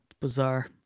Bizarre